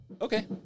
okay